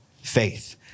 faith